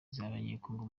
z’abanyekongo